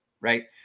right